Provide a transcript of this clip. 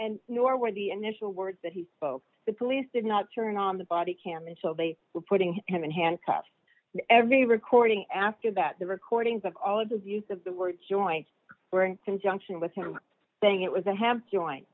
and nor were the initial words that he spoke the police did not turn on the body cam until they were putting him in handcuffs every recording after that the recordings of all of the views of the word joint wearing conjunction with him saying it was a ham joint